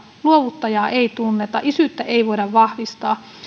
luovuttajaa ei tunneta isyyttä ei voida vahvistaa